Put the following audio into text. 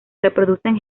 reproducen